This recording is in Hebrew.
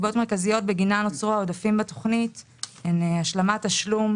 סיבות מרכזיות בגינן נוצרו עודפים בתוכנית הן השלמת תשלום